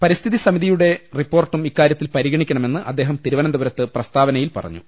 പരിസ്ഥിതി സമിതിയുടെ റിപ്പോർട്ടും ഇക്കാര്യത്തിൽ പരിഗണിക്കണമെന്ന് അദ്ദേഹം തിരുവനന്തപുരത്ത് പ്രസ്താവനയിൽ പറഞ്ഞു